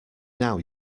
now